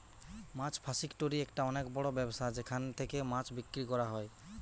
মাছ ফাসিকটোরি একটা অনেক বড় ব্যবসা যেখান থেকে মাছ বিক্রি করা হয়